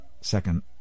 second